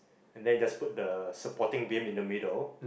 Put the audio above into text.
and then you just put the supporting bin in the middle